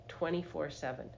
24-7